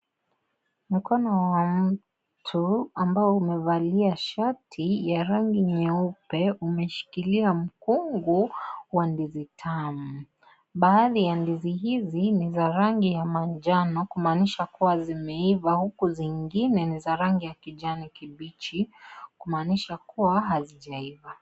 Mkono wa mtu, ambao umevalia shati ya rangi ya nyeupe, umeshikila mkungu wa ndizi tamu. Baadhi ya ndizi hizi, ni za rangi ya manjano, kumanisha kuwa zimeiva, huku zingine za rangi ya kijani kibichi, kumanisha kuwa hazijaiva.